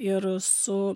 ir su